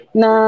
na